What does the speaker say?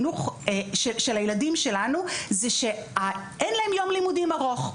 של הילדים שלנו, זה שאין להם יום לימודים ארוך,